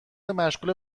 مشغوله